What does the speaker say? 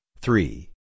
three